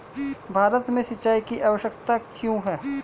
भारत में सिंचाई की आवश्यकता क्यों है?